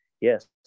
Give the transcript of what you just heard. yes